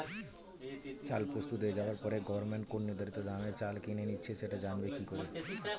চাল প্রস্তুত হয়ে যাবার পরে গভমেন্ট কোন নির্ধারিত দামে চাল কিনে নিচ্ছে সেটা জানবো কি করে?